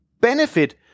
benefit